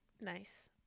Nice